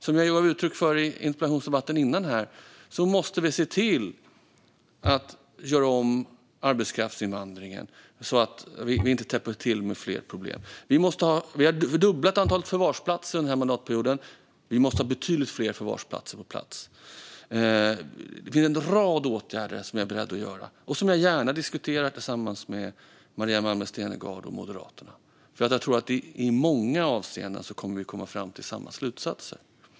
Som jag gav uttryck för i interpellationsdebatten före denna måste vi se till att göra om arbetskraftsinvandringen så att vi inte täpper till med fler problem. Vi har den här mandatperioden dubblat antalet förvarsplatser. Vi måste ha betydligt fler förvarsplatser på plats. Det finns en rad åtgärder som jag är beredd att vidta och som jag gärna diskuterar med Maria Malmer Stenergard och Moderaterna. Jag tror att vi i många avseenden kommer att komma fram till samma slutsatser.